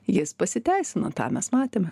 jis pasiteisino tą mes matėme